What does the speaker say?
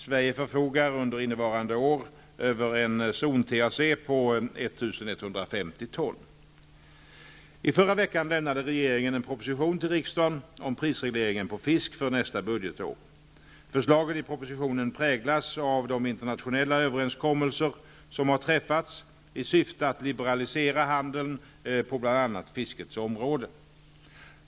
Sverige förfogar under innevarande år över en zon I förra veckan lämnade regeringen en proposition till riksdagen om prisregleringen på fisk för nästa budgetår. Förslagen i propositionen präglas av de internationella överenskommelser som har träffats i syfte att liberalisera handeln på bl.a. fiskets område.